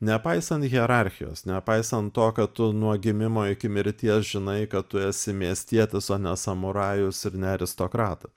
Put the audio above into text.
nepaisant hierarchijos nepaisant to kad tu nuo gimimo iki mirties žinai kad tu esi miestietis o ne samurajus ir ne aristokratas